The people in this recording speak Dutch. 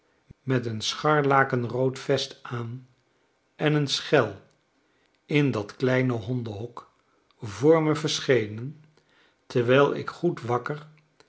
met een scharlakenrood vest aan eneenschel in dat kleine hondenhok voor me verschenen terwijl ik goed wakker